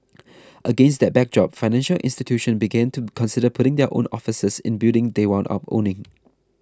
against that backdrop financial institutions began to consider putting their own offices in buildings they wound up owning